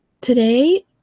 Today